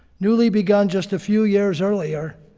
newly begun just a few years earlier,